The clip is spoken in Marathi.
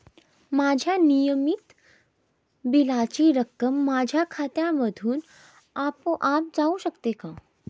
माझ्या नियमित बिलाची रक्कम माझ्या खात्यामधून आपोआप जाऊ शकते का?